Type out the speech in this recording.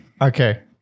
Okay